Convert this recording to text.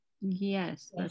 Yes